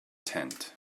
tent